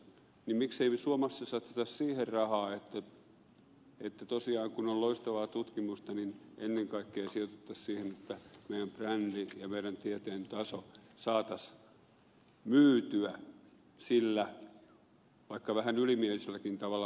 miksemme me suomessa satsaa siihen rahaa että tosiaan kun on loistavaa tutkimusta niin ennen kaikkea sijoitettaisiin siihen että meidän brändimme ja meidän tieteen tasomme saataisiin myytyä sillä vaikka vähän ylimieliselläkin tavalla maailmalle